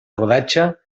rodatge